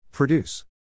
Produce